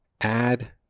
add